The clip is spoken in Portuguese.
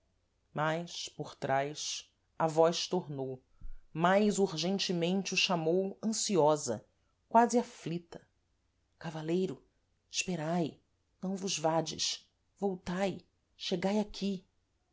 mas por trás a voz tornou mais urgentemente o chamou ansiosa quási aflita cavaleiro esperai não vos vades voltai chegai aqui